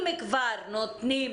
אם כבר נותנים